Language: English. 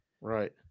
Right